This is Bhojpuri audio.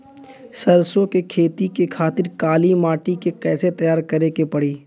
सरसो के खेती के खातिर काली माटी के कैसे तैयार करे के पड़ी?